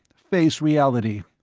face reality.